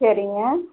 சரிங்க